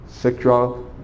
sexual